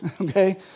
Okay